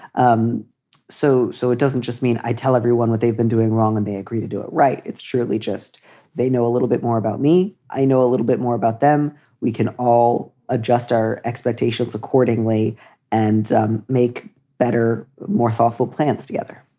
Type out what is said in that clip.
um so. so it doesn't just mean i tell everyone what they've been doing wrong and they agree to do it right. it's truly just they know a little bit more about me. i know a little bit more about them we can all adjust our expectations accordingly and um make better, more thoughtful plans together.